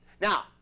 Now